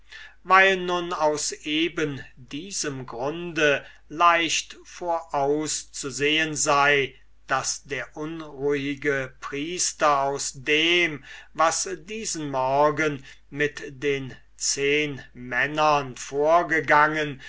weil nun aus eben diesem grunde leicht vorauszusehen sei daß der unruhige priester aus dem was diesen morgen mit den zehnmännern vorgegangen